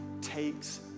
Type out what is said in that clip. takes